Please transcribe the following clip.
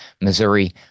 Missouri